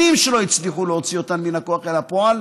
שנים שלא הצליחו להוציא אותן מן הכוח אל הפועל,